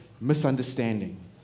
misunderstanding